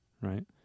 Right